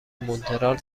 مونترال